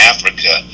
Africa